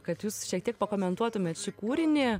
kad jūs šiek tiek pakomentuotumėt šį kūrinį